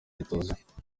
bituzuye